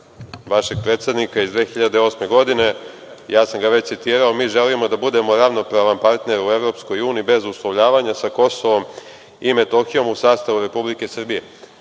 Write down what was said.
vašeg predsednika iz 2008. godine. Ja sam ga već citirao: „Mi želimo da budemo ravnopravan partner u EU, bez uslovljavanja sa Kosovom i Metohijom u sastavu Republike Srbije“.Kažite